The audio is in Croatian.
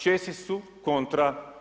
Česi su kontra.